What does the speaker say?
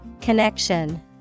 Connection